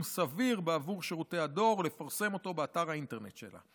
סביר בעבור שירותי הדואר ולפרסם אותו באתר האינטרנט שלה.